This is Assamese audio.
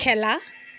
খেলা